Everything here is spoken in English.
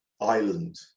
island